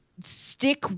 stick